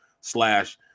slash